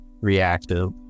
reactive